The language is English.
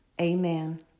Amen